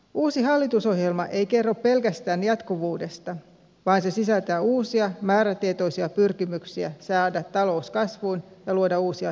uusi hallitusohjelma ei kerro pelkästään jatkuvuudesta vaan se sisältää uusia määrätietoisia pyrkimyksiä saada talous kasvuun ja luoda uusia työpaikkoja